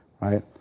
right